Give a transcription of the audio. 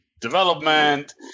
development